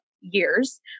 years